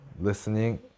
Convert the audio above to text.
listening